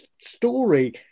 story